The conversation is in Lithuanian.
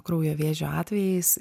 kraujo vėžio atvejais